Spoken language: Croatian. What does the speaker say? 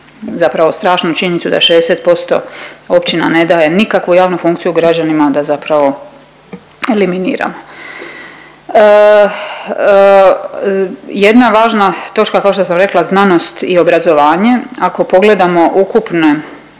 zapravo strašnu činjenicu da 60% općina ne daje nikakvu javnu funkciju građanima, da zapravo eliminiramo. Jedna važna točka kao što sam rekla znanost i obrazovanje. Ako pogledamo ukupni